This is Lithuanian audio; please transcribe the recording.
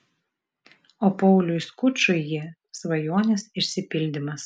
o pauliui skučui ji svajonės išsipildymas